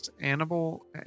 animal